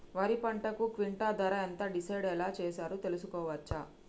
వరి పంటకు క్వింటా ధర ఎంత డిసైడ్ ఎలా చేశారు తెలుసుకోవచ్చా?